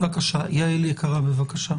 יעל יקרה, בבקשה.